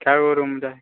कै गो रूम है